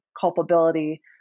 culpability